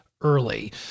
early